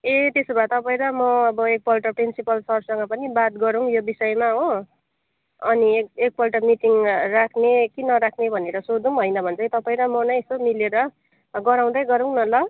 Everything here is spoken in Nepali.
ए त्यसो भए तपाईँ र म अब एकपल्ट प्रिन्सिपल सरसँग पनि बात गरौँ यो विषयमा हो अनि ए एकपल्ट मिटिङ राख्ने कि न राख्ने भनेर सोधौँ होइन भने चाहिँ तपाईँ र म नै यसो मिलेर गराउँदै गरौँ न ल